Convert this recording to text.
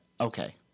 Okay